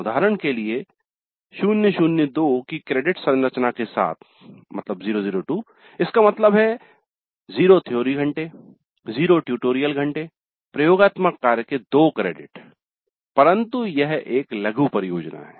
उदाहरण के लिए 002 की क्रेडिट संरचना के साथ इसका मतलब है 0 थ्योरी घंटे 0 ट्यूटोरियल घंटे प्रयोगात्मक कार्य के योग्य 2 क्रेडिट परन्तु यह एक लघु परियोजना है